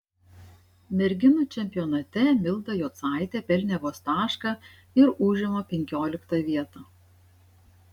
merginų čempionate milda jocaitė pelnė vos tašką ir užima penkioliktą vietą